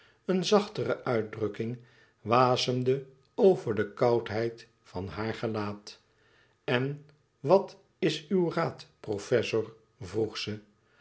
een zachtere uitdrukking wasemde over de koudheid van haar gelaat en wat is uw raad professor vroeg ze